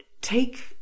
take